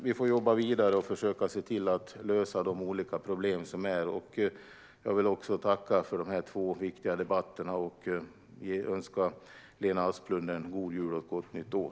Vi får jobba vidare och försöka se till att lösa de olika problem som finns. Jag tackar för de här två viktiga debatterna och önskar Lena Asplund en god jul och ett gott nytt år.